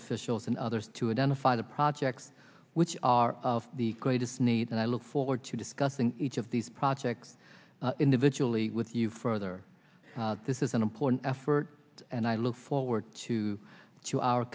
officials and others to identify the projects which are of the greatest need and i look forward to discussing each of these projects individual e with you further this is an important effort and i look forward to